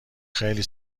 خیلی